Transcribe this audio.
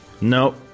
Nope